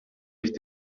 ich